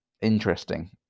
interesting